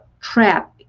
trap